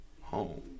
home